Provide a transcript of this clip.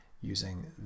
using